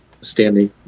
standing